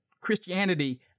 Christianity